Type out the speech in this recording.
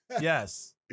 Yes